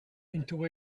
into